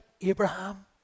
Abraham